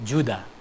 Judah